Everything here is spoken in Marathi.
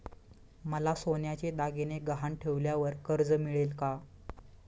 मला सोन्याचे दागिने गहाण ठेवल्यावर कर्ज मिळेल का?